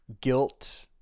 guilt